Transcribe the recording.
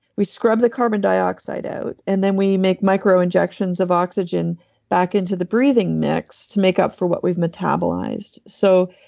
we scrub the carbon dioxide out, and then we make micro-injections of oxygen back into the breathing mix to make up for what we've metabolized. so,